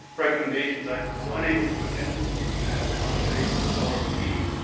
recommendations. i was unable to attend this meeting, and i had a conversation with alderman keating